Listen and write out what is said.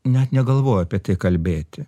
net negalvoju apie tai kalbėti